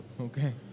Okay